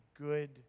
good